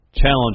Challenge